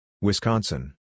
Wisconsin